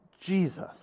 Jesus